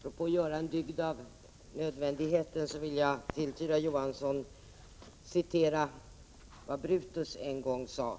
Fru talman! Apropå detta att göra en dygd av nödvändigheten vill jag, Tyra Johansson, citera vad Brutus en gång sade: